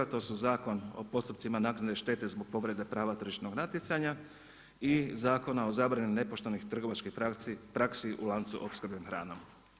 To su Zakon o postupcima naknade štete zbog povrede prava tržišnog natjecanja i Zakona o zabrani nepoštenih trgovačkih praksi u lancu opskrbe hranom.